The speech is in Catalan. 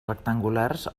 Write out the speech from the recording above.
rectangulars